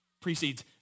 precedes